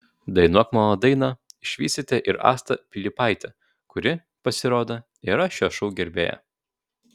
dainuok mano dainą išvysite ir astą pilypaitę kuri pasirodo yra šio šou gerbėja